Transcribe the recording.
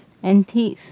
antiques